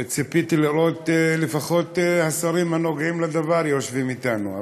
ציפיתי לראות לפחות את השרים הנוגעים לדבר יושבים אתנו.